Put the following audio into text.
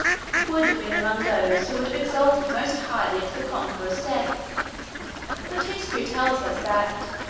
would have been among those who would have exulted most highly at the conqueror's death but history tells us that,